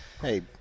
Hey